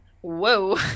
whoa